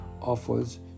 offers